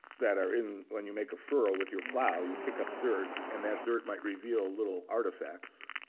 that are in, when you make a furrow with your plow, you kick up dirt, and that dirt might reveal little artifacts